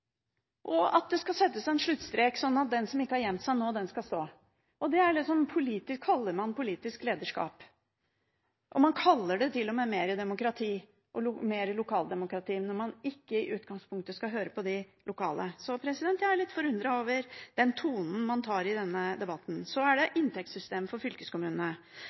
og at det skal settes en sluttstrek, sånn at den som ikke har gjemt seg nå, den skal stå. Det kaller man politisk lederskap, og man kaller det til og med mer demokrati og mer lokaldemokrati, når man ikke i utgangspunktet skal høre på de lokale. Så jeg er litt forundret over den tonen man tar i denne debatten. Så er det inntektssystemet for fylkeskommunene.